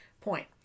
point